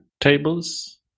Tables